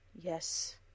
Yes